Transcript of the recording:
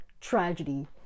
tragedy